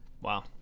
Wow